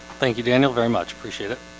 thank you daniel very much. appreciate it